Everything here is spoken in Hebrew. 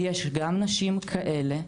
ויש גם נשים כאלה,